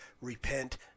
repent